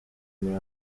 muri